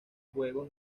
juegos